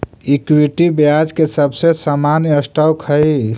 equity ब्याज के सबसे सामान्य स्टॉक हई